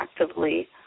actively